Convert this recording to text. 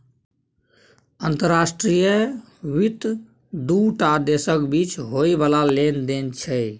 अंतर्राष्ट्रीय वित्त दू टा देशक बीच होइ बला लेन देन छै